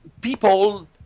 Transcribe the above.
people